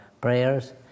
prayers